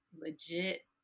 legit